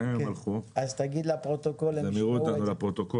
גם אם הם הלכו והם יראו בפרוטוקול.